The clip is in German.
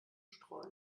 streuen